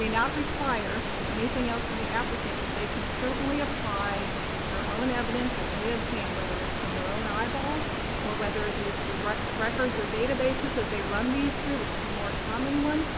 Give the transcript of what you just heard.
not require anything else from the applicant but they can certainly apply their own evidence that they obtain, whether it's from their own eyeballs or whether it is through records or databases that they run these through which is the more common one,